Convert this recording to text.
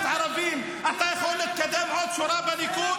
ערבים אתה יכול להתקדם עוד שורה בליכוד?